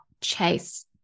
chase